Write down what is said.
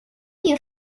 you